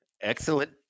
excellent